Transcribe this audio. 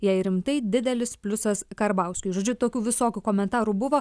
jei rimtai didelis pliusas karbauskiui žodžiu tokių visokių komentarų buvo